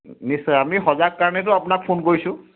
নিশ্চয় আমি সজাগ কাৰণেতো আপোনাক ফোন কৰিছোঁ